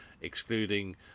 excluding